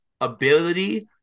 ability